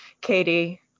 Katie